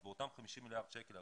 אז באותם 50 מיליארד שקל,